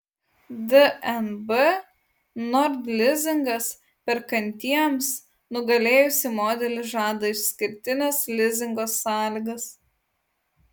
dnb nord lizingas perkantiems nugalėjusį modelį žada išskirtines lizingo sąlygas